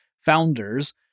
founders